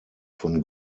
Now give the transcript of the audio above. von